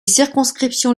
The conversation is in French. circonscriptions